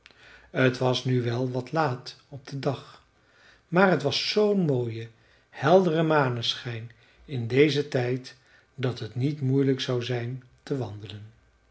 t was nu wel al wat laat op den dag maar t was zoo'n mooie heldere maneschijn in dezen tijd dat het niet moeilijk zou zijn te wandelen